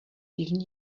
even